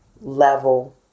level